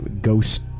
ghost